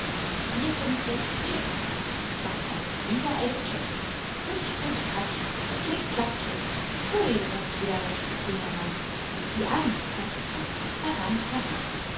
vier fünf sechs vier fünf sechs macht eine fliege einen klecks putschpitschpatsch klickklackklecks pfui ruft jeder rechte käfermann seht sie an was sie kann heran heran